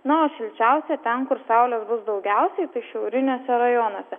na o šilčiausia ten kur saulės bus daugiausiai šiauriniuose rajonuose